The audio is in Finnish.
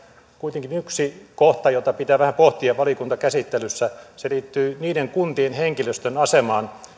kuitenkin yksi kohta jota pitää vähän pohtia valiokuntakäsittelyssä se liittyy niiden kuntien henkilöstön asemaan